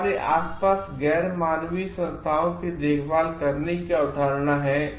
यह हमारे आस पास गैर मानवीय संस्थाओं की देखभाल करने की एक अवधारणा है